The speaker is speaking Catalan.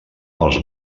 els